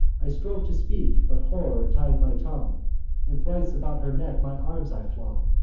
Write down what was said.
i strove to speak but horror tied my tongue and thrice about her neck my arms i flung,